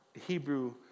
Hebrew